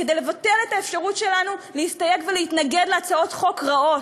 כדי לבטל את האפשרות שלנו להסתייג ולהתנגד להצעות חוק רעות,